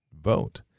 vote